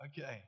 okay